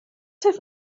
have